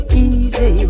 easy